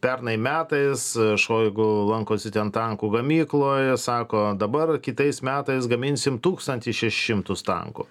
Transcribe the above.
pernai metais šoigu lankosi ten tankų gamykloj sako dabar kitais metais gaminsim tūkstantį šeši šimtus tankų